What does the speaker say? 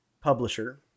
publisher